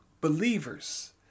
believers